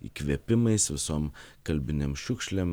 įkvėpimais visom kalbinėm šiukšlėm